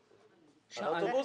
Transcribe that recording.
על האוטובוסים?